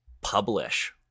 publish